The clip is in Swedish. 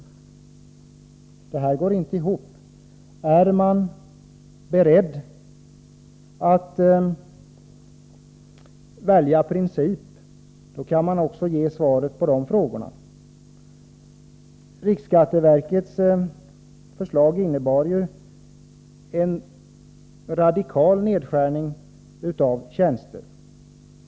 Det här går inte ihop. Är man beredd att välja princip, då kan man också ge svaret på dessa frågor. Riksskatteverkets förslag innebar ju en radikal nedskärning av antalet tjänster.